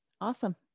awesome